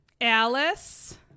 Alice